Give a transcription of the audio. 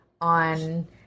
on